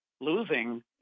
losing